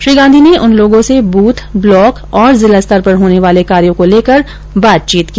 श्री गांधी ने उन लोगों से बूथ ब्लॉक और जिला स्तर पर होने वाले कार्यो को लेकर बातचीत की